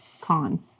con